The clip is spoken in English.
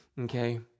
Okay